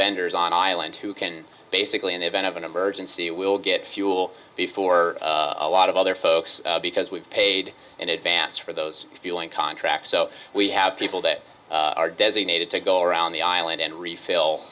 vendors on island who can basically in event of an emergency we'll get fuel before a lot of other folks because we've paid in advance for those fueling contracts so we have people that are designated to go around the island and refill